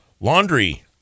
laundry